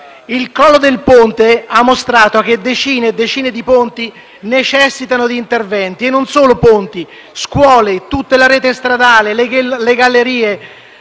Il crollo del ponte ha mostrato che decine e decine di ponti necessitano di interventi. Non si parla solo di ponti; le scuole, tutta la rete stradale e le gallerie